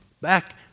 back